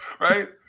Right